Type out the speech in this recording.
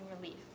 relief